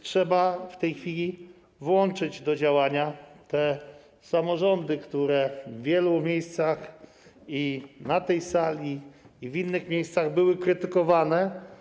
Trzeba w tej chwili włączyć do działania te samorządy, które w wielu miejscach, i na tej sali, i w innych miejscach, były krytykowane.